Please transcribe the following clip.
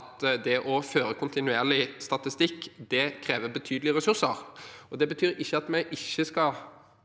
at det å føre kontinuerlig statistikk krever betydelige ressurser. Det betyr ikke at vi ikke skal